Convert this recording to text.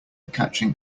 catching